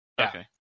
Okay